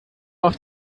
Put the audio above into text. auf